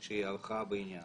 היא אומרת לנו: